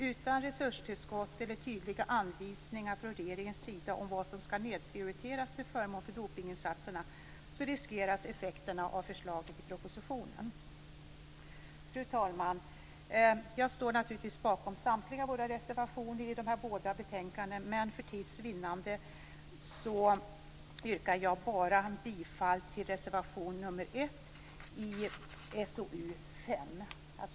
Utan resurstillskott eller tydliga anvisningar från regeringens sida om vad som skall nedprioriteras till förmån för dopningsinsatserna riskeras effekterna av förslaget i propositionen. Fru talman! Jag står naturligtvis bakom samtliga våra reservationer i dessa båda betänkanden. Men för tids vinnande yrkar jag bifall bara till reservation nr 1